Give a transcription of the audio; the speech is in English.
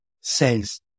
says